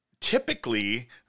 typically